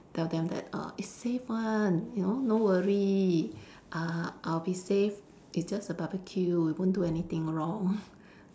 tell them that uh it's safe [one] you know no worry uh I'll be safe it's just a barbecue we won't do anything wrong